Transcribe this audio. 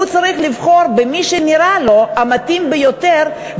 הוא צריך לבחור במי שנראה לו המתאים ביותר,